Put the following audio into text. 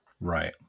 Right